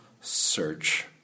search